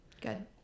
Good